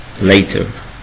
later